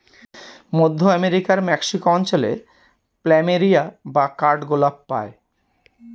মধ্য আমেরিকার মেক্সিকো অঞ্চলে প্ল্যামেরিয়া বা কাঠগোলাপ পাই